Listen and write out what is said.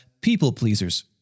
people-pleasers